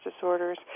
disorders